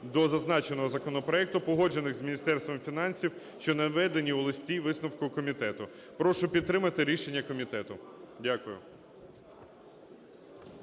до зазначеного законопроекту, погоджених з Міністерством фінансів, що наведені в листі-висновку комітету. Прошу підтримати рішення комітету. Дякую.